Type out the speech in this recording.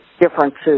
differences